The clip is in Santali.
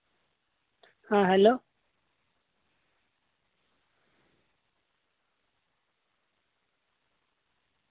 ᱦᱮᱸ ᱦᱮᱞᱳ